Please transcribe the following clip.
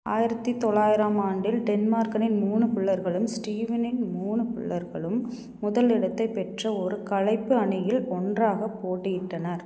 ஆயிரத்து தொள்ளாயிரம் ஆண்டில் டென்மார்க்கனின் மூணு புல்லர்களும் ஸ்டீவினின் மூணு புல்லர்களும் முதல் இடத்தைப் பெற்ற ஒரு கலைப்பு அணியில் ஒன்றாகப் போட்டியிட்டனர்